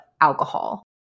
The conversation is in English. alcohol